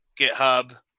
GitHub